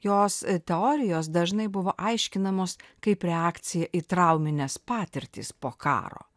jos teorijos dažnai buvo aiškinamos kaip reakcija į traumines patirtis po karo